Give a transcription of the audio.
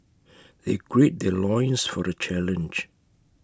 they gird their loins for the challenge